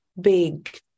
big